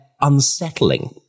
unsettling